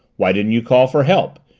why didn't you call for help?